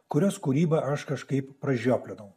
kurios kūrybą aš kažkaip pradėjo plėtoti